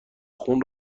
خون